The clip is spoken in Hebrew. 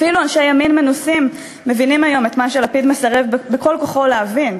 אפילו אנשי ימין מנוסים מבינים היום את מה שלפיד מסרב בכל כוחו להבין,